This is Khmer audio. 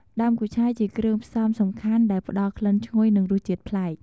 ដើមគូឆាយជាគ្រឿងផ្សំសំខាន់ដែលផ្តល់ក្លិនឈ្ងុយ និង រសជាតិប្លែក។